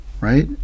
right